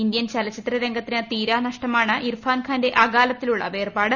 Indian ചലച്ചിത്ര രംഗത്തിന് തീരാനഷ്ടമാണ് ഇർഫാൻഖാന്റെ അകാലത്തിലുള്ള വേർപാട്